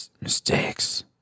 Mistakes